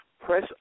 press